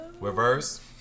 Reverse